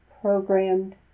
programmed